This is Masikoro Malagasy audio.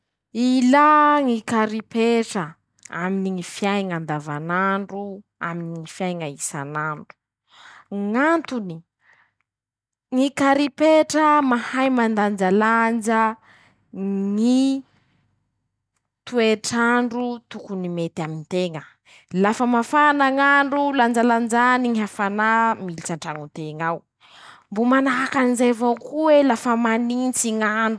Ilà ñy karipetra aminy ñy fiaiña andavan'andro, aminy ñy fiaiña isan'andro, ñ'antony: -ñy karipetra mahay mandanjalanja ñy, toetr'andro tokony mety aminteña, lafa mafana ñ'andro lanjalanjany ñy hafanà militsy antraño teñ'ao, mbo manahakan'izay avao koa ii lafa manintsy ñ'andro.